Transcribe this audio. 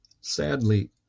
Sadly